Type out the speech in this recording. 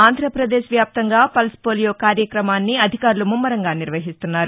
ఆంధ్రప్రదేశ్ వ్యాప్తంగా పల్స్పోలియో కార్యక్రమాన్ని అధికారులు ముమ్మరంగా నిర్వహిస్తున్నారు